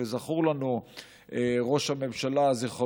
וזכור לנו ראש הממשלה יצחק רבין,